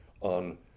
On